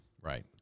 Right